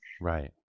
right